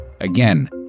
Again